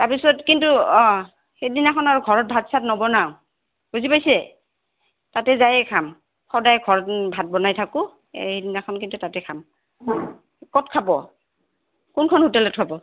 তাৰপিছত কিন্তু অঁ সেইদিনাখন আৰু ঘৰত ভাত চাত নবনাওঁ বুজি পাইছে তাতে যায়েই খাম সদায় ঘৰত ভাত বনাই থাকোঁ এই সেইদিনাখন কিন্তু তাতে খাম ক'ত খাব কোনখন হোটেলত খাব